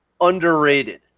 underrated